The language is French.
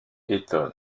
étonne